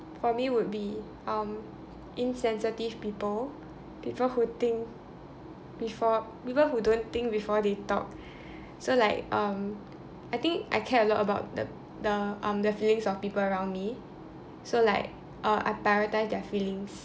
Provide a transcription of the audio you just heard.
for me would be um insensitive people people who think before people who don't think before they talk so like um I think I care a lot about the the um the feelings of people around me so like uh I prioritise their feelings